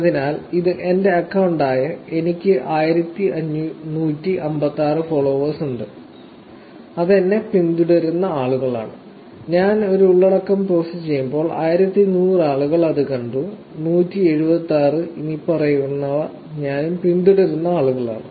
അതിനാൽ ഇത് എന്റെ അക്കൌണ്ടാണ് എനിക്ക് 1156 ഫോളോവേഴ്സ് ഉണ്ട് അത് എന്നെ പിന്തുടരുന്ന ആളുകളാണ് ഞാൻ ഒരു ഉള്ളടക്കം പോസ്റ്റുചെയ്യുമ്പോൾ 1100 ആളുകൾ അത് കണ്ടു 176 ഇനിപ്പറയുന്നവ ഞാനും പിന്തുടരുന്ന ആളുകളാണ്